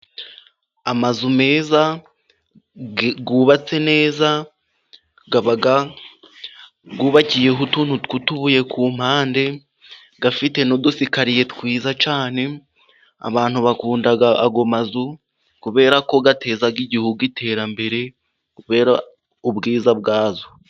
Amazu meza yubatse neza, aba yubakiyeho utuntu tw'utubuye ku mpande, afite n'udusigakariye twiza cyane. Abantu bakunda ayomazu, kubera ko ateza igihugu iterambere kubera ubwiza bwayo.